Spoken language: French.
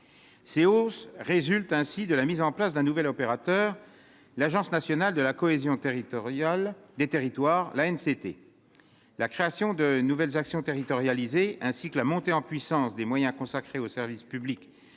c'est hausse résulte ainsi de la mise en place d'un nouvel opérateur, l'Agence nationale de la cohésion territoriale des territoires, l'ANC été la création de nouvelles actions territorialisée, ainsi que la montée en puissance des moyens consacrés aux services publics